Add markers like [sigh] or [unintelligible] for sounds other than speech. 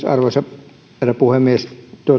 [unintelligible] arvoisa herra puhemies